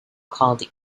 called